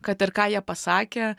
kad ir ką jie pasakė